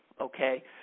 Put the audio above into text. okay